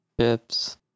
chips